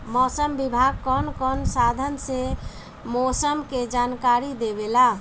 मौसम विभाग कौन कौने साधन से मोसम के जानकारी देवेला?